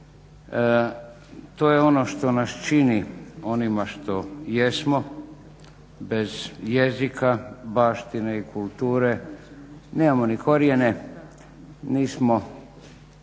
to je ono što nas čini onima što jesmo. Bez jezika, baštine i kulture nemamo ni korijene, nismo